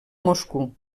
moscou